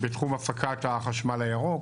בתחום הפקת החשמל הירוק